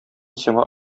сиңа